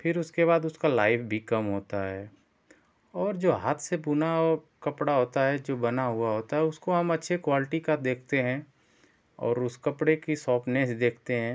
फिर उसके बाद उसका लाइफ भी कम होता है और जो हाथ से बुना हो कपड़ा होता है जो बना हुआ होता है उसको हम अच्छे क्वाल्टी का देखते हैं और उस कपड़े की सॉफ़नेस देखते हैं